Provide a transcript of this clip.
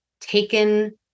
taken